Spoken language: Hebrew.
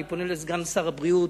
אני פונה לסגן שר הבריאות,